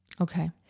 Okay